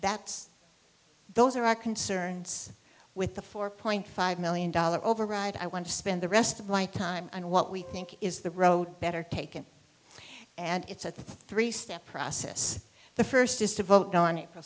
that's those are our concerns with the four point five million dollars override i want to spend the rest of my time on what we think is the road better taken and it's a three step process the first is to vote on it